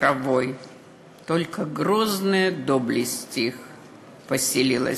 בקרב הפך לאדמה, לעשב.